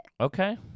Okay